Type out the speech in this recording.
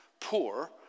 poor